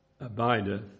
Abideth